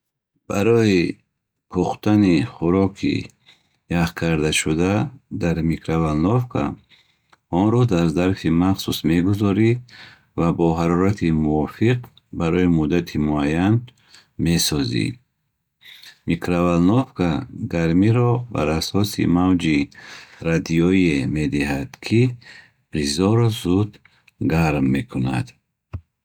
Барои пухтани хӯроки яхкардашуда дар микроволновка, онро дар зарфи махсус мегузорӣ ва бо ҳарорати мувофиқ барои муддати муайян месозӣ. Микроволновка гармиро бар асоси мавҷи радиоие медиҳад, ки ғизоро зуд гарм мекунад.